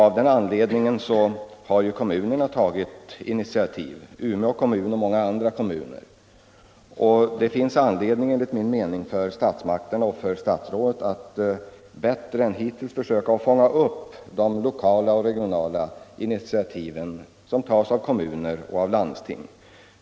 Av den anledningen har Umeå och många andra kommuner tagit initiativ. Det finns enligt min mening anledning för statsmakterna och för statsrådet att bättre än hittills försöka fånga upp de lokala och regionala initiativ som tas av kommuner och landsting.